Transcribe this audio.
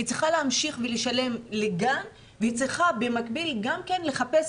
היא צריכה להמשיך ולשלם לגן והיא צריכה במקביל לחפש